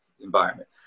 environment